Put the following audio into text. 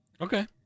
Okay